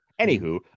Anywho